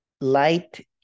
light